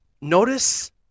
Notice